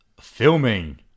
filming